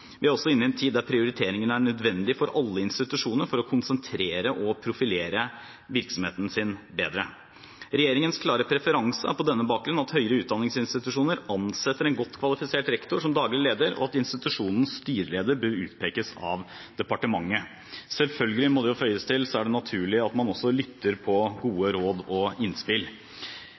Vi er også inne i en tid der prioriteringer er nødvendig for alle institusjoner, for å konsentrere og profilere virksomheten bedre. Regjeringens klare preferanse er på denne bakgrunn at høyere utdanningsinstitusjoner ansetter en godt kvalifisert rektor som daglig leder, og at institusjonens styreleder bør utpekes av departementet. Selvfølgelig, må det føyes til, er det er naturlig at man også lytter til gode råd og innspill.